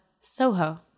soho